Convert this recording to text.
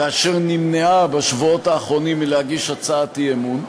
כאשר נמנעה בשבועות האחרונים מלהגיש הצעת אי-אמון.